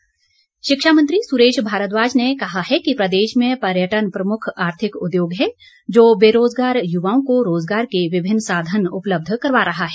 भारद्वाज शिक्षा मंत्री सुरेश भारद्वाज ने कहा है कि प्रदेश में पर्यटन प्रमुख आर्थिक उद्योग है जो बेरोज़गार युवाओं को रोजगार के विभिन्न साधन उपलब्ध करवा रहा है